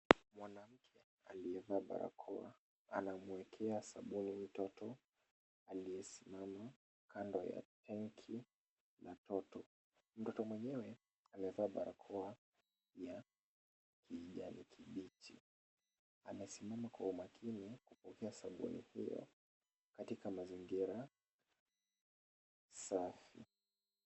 Mwanamke aliyevaa barakoa anamwekea sabuni mtoto aliyesimama kando ya tenki la toto. Mtoto mwenyewe amevaa barakoa ya kijani kibichi, amsimama kwa makini kupokea sabuni hiyo katika mazingira safi.